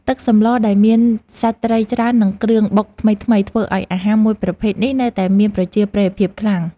ទឹកសម្លដែលមានសាច់ត្រីច្រើននិងគ្រឿងបុកថ្មីៗធ្វើឱ្យអាហារមួយប្រភេទនេះនៅតែមានប្រជាប្រិយភាពខ្លាំង។